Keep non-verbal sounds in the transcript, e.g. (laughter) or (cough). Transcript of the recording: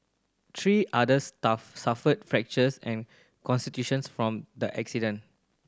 three others stuff suffered fractures and (unintelligible) from the accident